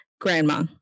grandma